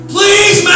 Please